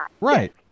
Right